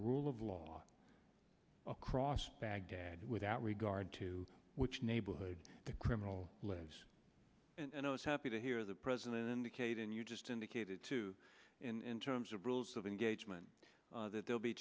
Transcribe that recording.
rule of law across baghdad without regard to which neighborhood the criminal lives i was happy to hear the president indicate and you just indicated too in terms of rules of engagement that they'll be